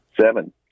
Seven